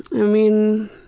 i mean,